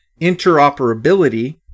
interoperability